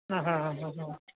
आहाहाहा